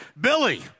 Billy